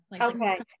okay